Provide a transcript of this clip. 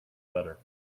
better